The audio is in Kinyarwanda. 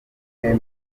namwe